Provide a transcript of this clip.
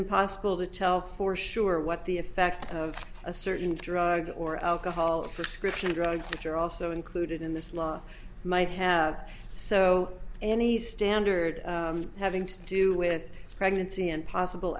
impossible to tell for sure what the effects of a certain drug or alcohol for description of drugs which are also included in this law might have so any standard having to do with pregnancy and possible